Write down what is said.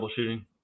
troubleshooting